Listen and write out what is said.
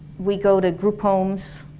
we go to group homes